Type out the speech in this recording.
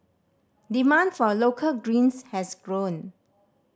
demand for a local greens has grown